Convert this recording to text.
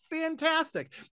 Fantastic